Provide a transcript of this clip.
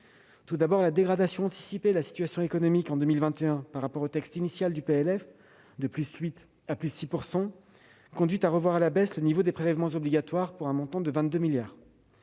Tout d'abord, la dégradation anticipée de la situation économique en 2021 par rapport au texte initial du projet de loi de finances, de +8 % à +6 %, conduit à revoir à la baisse le niveau des prélèvements obligatoires pour un montant de 22 milliards